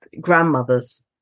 grandmother's